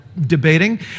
debating